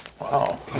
Wow